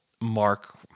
Mark